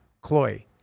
Cloy